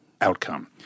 outcome